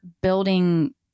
building